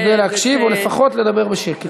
נשתדל להקשיב או לפחות לדבר בשקט.